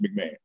McMahon